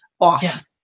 Off